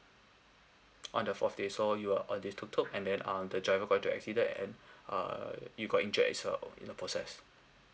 on the fourth day so you are on this tuk tuk and then um the driver got into accident and err you got injured as well in the process